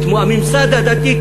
הממסד הדתי,